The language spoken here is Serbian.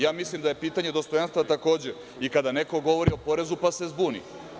Ja mislim da je pitanje dostojanstva takođe i kada neko govori o porezu, pa se zbuni.